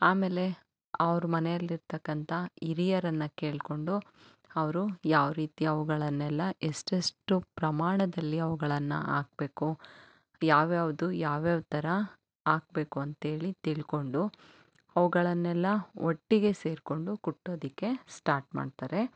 ಆಮೇಲೆ ಅವ್ರ ಮನೆಯಲ್ಲಿರತಕ್ಕಂತ ಹಿರಿಯರನ್ನು ಕೇಳಿಕೊಂಡು ಅವರು ಯಾವ ರೀತಿ ಅವುಗಳನ್ನೆಲ್ಲ ಎಷ್ಟೆಷ್ಟು ಪ್ರಮಾಣದಲ್ಲಿ ಅವ್ಗಳನ್ನು ಹಾಕ್ಬೇಕು ಯಾವ್ಯಾವುದು ಯಾವ್ಯಾವ ಥರ ಹಾಕ್ಬೇಕು ಅಂತ್ಹೇಳಿ ತಿಳ್ಕೊಂಡು ಅವುಗಳನ್ನೆಲ್ಲ ಒಟ್ಟಿಗೆ ಸೇರಿಕೊಂಡು ಕುಟ್ಟೋದಕ್ಕೆ ಸ್ಟಾಟ್ ಮಾಡ್ತಾರೆ